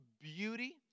beauty